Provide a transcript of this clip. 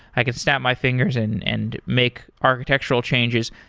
i could snap my fingers and and make architectural changes.